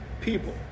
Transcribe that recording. people